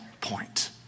point